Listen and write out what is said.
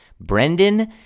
Brendan